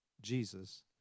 Jesus